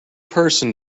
person